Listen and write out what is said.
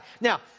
Now